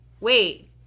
wait